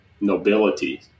nobility